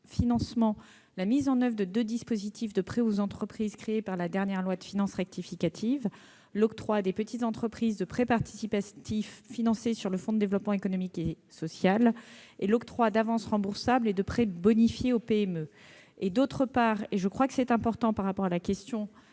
Financement la mise en oeuvre de deux dispositifs de prêts aux entreprises créés par la dernière loi de finances rectificative : l'octroi à de petites entreprises de prêts participatifs financés sur le fonds de développement économique et social, et l'octroi d'avances remboursables et de prêts bonifiés aux PME. Cet article vise, d'autre part- et c'est important par rapport à la question